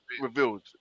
revealed